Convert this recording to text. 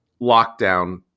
lockdown